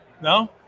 no